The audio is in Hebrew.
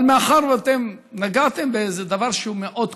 אבל מאחר שאתם נגעתם באיזה דבר שהוא מאוד כואב,